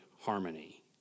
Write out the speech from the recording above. harmony